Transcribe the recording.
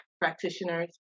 practitioners